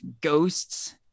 ghosts